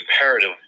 imperative